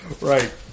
right